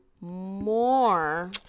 more